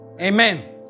Amen